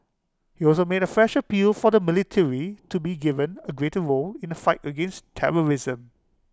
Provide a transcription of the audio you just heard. he also made A fresh appeal for the military to be given A greater role in the fight against terrorism